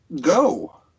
go